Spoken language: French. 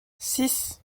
six